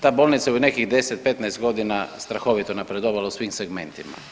Ta bolnica je u nekih 10-15 godina strahovito napredovala u svim segmentima.